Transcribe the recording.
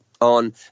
on